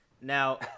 now